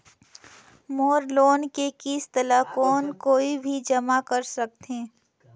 मोर loan के किस्त ल कौन कोई भी जमा कर सकथे?